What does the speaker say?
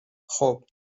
خوب